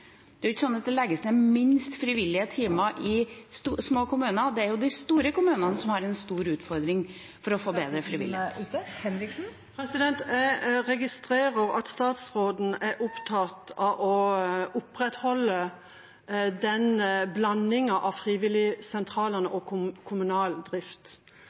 ned færrest timer til frivillighet. Det er de store kommunene som har en stor utfordring med å få en bedre frivillighet. Det åpnes for oppfølgingsspørsmål – først Kari Henriksen. Jeg registrerer at statsråden er opptatt av å opprettholde en blanding av frivilligsentraler og kommunal drift.